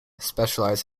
specialize